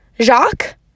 Jacques